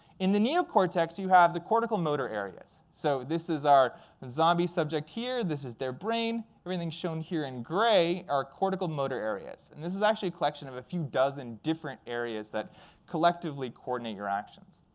in the neocortex, you have the cortical motor areas. so this is our and zombie subject here. this is their brain. everything shown here in gray are cortical motor areas. and this is actually a collection of a few dozen different areas that collectively coordinate your actions.